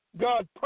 God